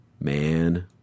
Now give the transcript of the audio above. Man